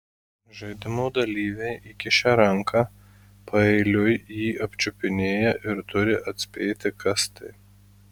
žaidimo dalyviai įkišę ranką paeiliui jį apčiupinėja ir turi atspėti kas tai